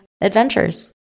adventures